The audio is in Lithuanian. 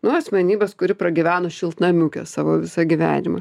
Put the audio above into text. nuo asmenybės kuri pragyveno šiltnamiuke savo visą gyvenimą